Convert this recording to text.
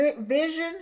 vision